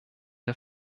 der